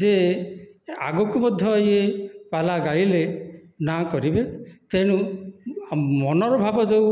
ଯେ ଆଗକୁ ମଧ୍ୟ ଇଏ ପାଲା ଗାଇଲେ ନାଁ କରିବେ ତେଣୁ ମନର ଭାବ ଯେଉଁ